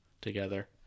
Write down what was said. together